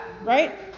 right